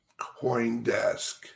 Coindesk